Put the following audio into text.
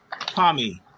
Tommy